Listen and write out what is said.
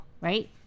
right